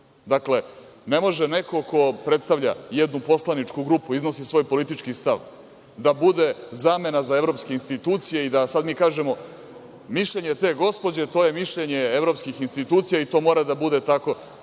dakle, ne može neko ko predstavlja jednu poslaničku grupu, iznosi svoj politički stav, da bude zamena za evropske institucije i da sada mi kažemo – mišljenje te gospođe, to je mišljenje evropskih institucija i to mora da bude